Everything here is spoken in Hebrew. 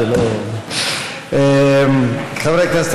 חברי הכנסת,